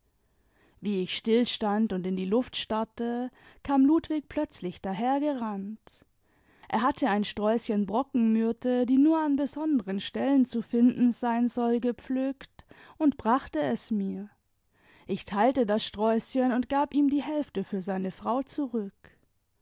wie ich stillstand imd in die luft starrte kam ludwig plötzlich dahergerannt er hatte ein sträußchen brockenmyjrte die nur an besonderen stellen zu finden sein soll ge flückt und brachte es mir ich teilte das sträußchen ui d gab ihm die hälfte für seine frau zurück